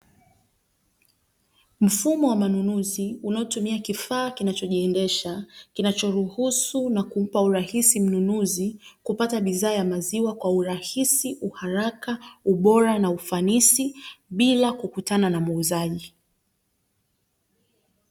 Mfumo wa manunuzi, unaotumia kifaa kinachojiendesha, kinacho ruhusu na kumpa urahisi mnunuzi, kupata bidhaa ya maziwa kwa urahisi, uharaka, ubora na ufanisi bila kukutana na muuzaji.